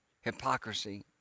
hypocrisy